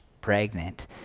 pregnant